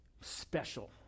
special